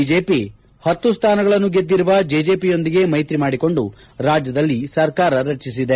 BJP ಹತ್ತು ಸ್ಥಾನಗಳನ್ನು ಗೆದ್ದಿರುವ ಜೆಜೆಪಿಯೊಂದಿಗೆ ಮೈತ್ರಿ ಮಾಡಿಕೊಂಡು ರಾಜ್ಯದಲ್ಲಿ ಸರ್ಕಾರ ರಚಿಸಿದೆ